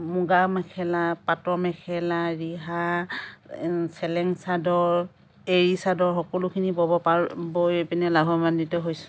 মুগা মেখেলা পাটৰ মেখেলা ৰিহা চেলেং চাদৰ এৰি চাদৰ সকলোখিনি বব পাৰোঁ বৈ পিনে লাভাবান্বিত হৈছোঁ